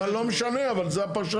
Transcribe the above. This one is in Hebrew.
אבל לא משנה, אבל זו הפרשנות.